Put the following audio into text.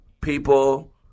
People